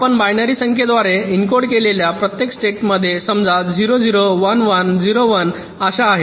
आपण बायनरी संख्येद्वारे एन्कोड केलेल्या प्रत्येक स्टेटचे समजा 0 0 1 1 0 1 अशा आहेत